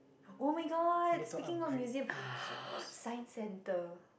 oh-my-god speaking of museum Science-Center